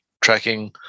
tracking